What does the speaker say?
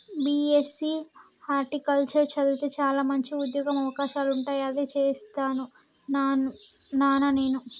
BSc horticulture చదివితే చాల మంచి ఉంద్యోగ అవకాశాలుంటాయి అదే చేస్తాను నానా నేను